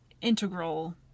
integral